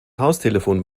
haustelefon